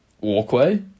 Walkway